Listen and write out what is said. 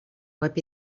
web